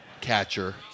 catcher